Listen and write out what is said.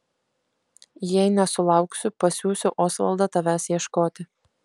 jei nesulauksiu pasiųsiu osvaldą tavęs ieškoti